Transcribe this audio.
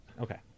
Okay